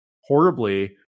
horribly